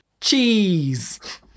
Cheese